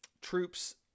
troops